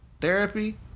Therapy